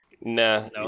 nah